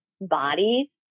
body